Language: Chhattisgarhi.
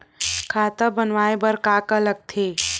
खाता बनवाय बर का का लगथे?